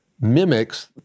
mimics